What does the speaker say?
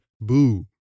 boo